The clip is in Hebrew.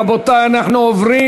רבותי, אנחנו עוברים